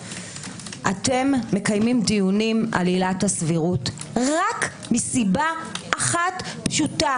אתם מקיימים דיונים על עילת הסבירות רק מסיבה אחת פשוטה